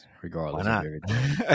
regardless